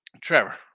Trevor